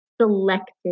selected